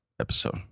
episode